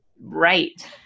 right